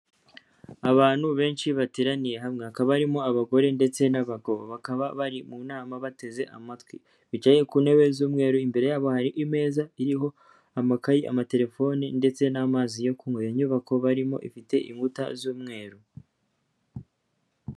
Abantu benshi bateraniye hamwe hakaba barimo abagore ndetse n'abagabo bakaba bari mu nama bateze amatwi. Bicaye ku ntebe z'umweru imbere yabo hari imeza iriho amakayi, amatelefoni, ndetse n'amazi yo kunywa. Iyo nyubako barimo ifite inkuta z'umweru.